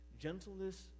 Gentleness